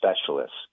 specialists